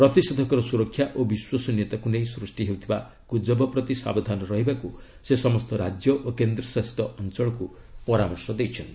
ପ୍ରତିଷେଧକର ସୁରକ୍ଷା ଓ ବିଶ୍ୱସନୀୟତାକୁ ନେଇ ସ୍ହୁଷ୍ଟି ହୋଇଥିବା ଗୁଜବ ପ୍ରତି ସାବଧାନ ରହିବାକୁ ସେ ସମସ୍ତ ରାଜ୍ୟ ଓ କେନ୍ଦ୍ରଶାସିତ ଅଞ୍ଚଳକୁ ପରାମର୍ଶ ଦେଇଛନ୍ତି